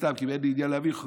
כי אין לי עניין להביך אותו,